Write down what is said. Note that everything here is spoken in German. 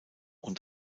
und